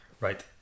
Right